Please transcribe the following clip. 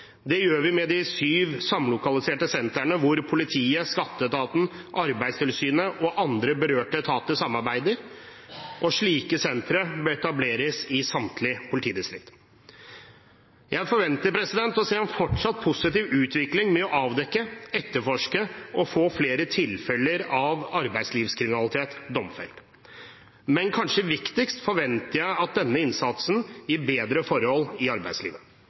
det gjør vi med de syv samlokaliserte sentrene hvor politiet, skatteetaten, Arbeidstilsynet og andre berørte etater samarbeider. Slike sentre bør etableres i samtlige politidistrikt. Jeg forventer å se en fortsatt positiv utvikling i det å avdekke, etterforske og få flere tilfeller av arbeidslivskriminalitet domfelt. Men kanskje viktigst: Jeg forventer at denne innsatsen gir bedre forhold i arbeidslivet.